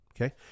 Okay